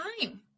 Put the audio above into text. time